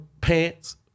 pants